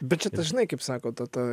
bet čia dažnai kaip sako ta ta